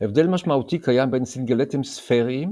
הבדל משמעותי קיים בין סינגלטים ספריים,